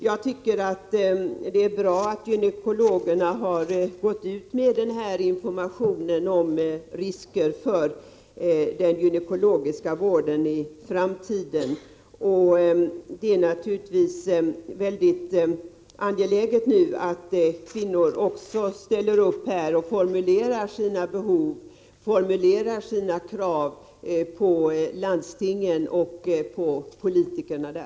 Jag tycker att det är bra att gynekologerna har gått ut med denna information om risken för att vi inte kommer att ha tillgång till gynekologisk vård i framtiden. Det är naturligtvis väldigt angeläget att kvinnor nu också ställer upp och visar på behoven och formulerar sina krav på landstingen och politikerna där.